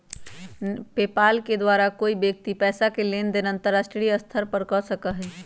PayPal के द्वारा कोई व्यक्ति पैसा के लेन देन अंतर्राष्ट्रीय स्तर पर कर सका हई